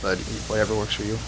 but whatever works for you